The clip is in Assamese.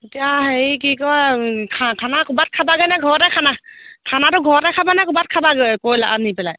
এতিয়া হেৰি কি কয় খা খানা ক'ৰবাত খাবাগৈনে ঘৰতে খানা খানাটো ঘৰতে খাবানে ক'ৰবাত খাবাগৈ কয়লা নি পেলাই